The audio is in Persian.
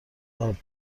آرد